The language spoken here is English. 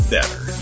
Better